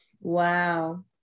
Wow